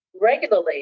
regularly